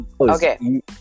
Okay